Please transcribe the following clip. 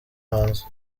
hanze